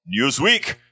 Newsweek